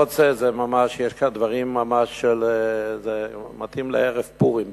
יש כאן דברים ממש, זה מתאים לערב פורים באמת,